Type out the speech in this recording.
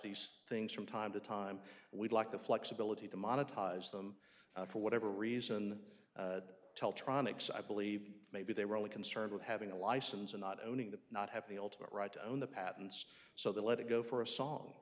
these things from time to time we'd like the flexibility to monetize them for whatever reason tell tronics i believe maybe they were only concerned with having a license and not owning the not have the ultimate right to own the patents so they let it go for a song